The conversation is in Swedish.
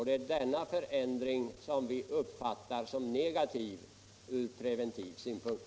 Det är denna förändring som vi uppfattar som negativ från preventiv synpunkt.